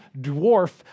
dwarf